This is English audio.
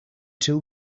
till